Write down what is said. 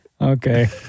Okay